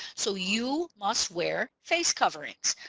so you must wear face coverings.